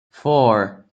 four